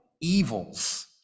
evils